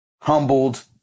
humbled